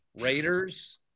Raiders